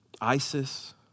ISIS